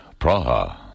Praha